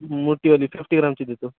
मोठीवाली fifty ग्रामची देतो